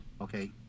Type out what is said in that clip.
okay